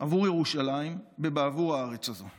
עבור ירושלים ובעבור הארץ הזו.